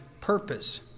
purpose